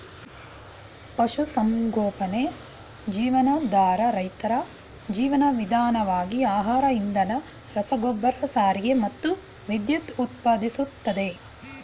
ಪಶುಸಂಗೋಪನೆ ಜೀವನಾಧಾರ ರೈತರ ಜೀವನ ವಿಧಾನವಾಗಿ ಆಹಾರ ಇಂಧನ ರಸಗೊಬ್ಬರ ಸಾರಿಗೆ ಮತ್ತು ವಿದ್ಯುತ್ ಉತ್ಪಾದಿಸ್ತದೆ